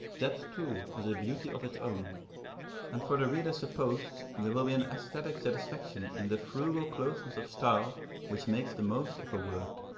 that too has a beauty of its own and for the reader supposed there will be an aesthetic satisfaction in that frugal closeness of style which makes the most of a word,